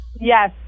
Yes